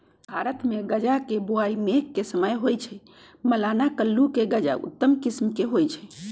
भारतमे गजा के बोआइ मेघ के समय होइ छइ, मलाना कुल्लू के गजा उत्तम किसिम के होइ छइ